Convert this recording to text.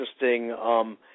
interesting